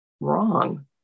wrong